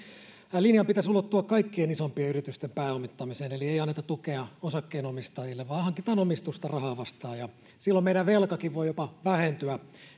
linjan pitäisi ulottua kaikkien isompien yritysten pääomittamiseen eli ei anneta tukea osakkeenomistajille vaan hankitaan omistusta rahaa vastaan silloin meidän velkakin voi jopa vähentyä